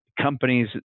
companies